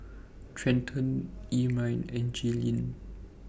Trenten Ermine and Jalynn